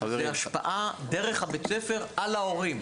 והשפעה דרך בית הספר על ההורים.